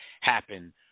happen